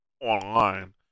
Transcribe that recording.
online